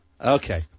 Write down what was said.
okay